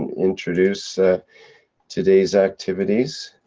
and introduce today's activities.